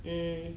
um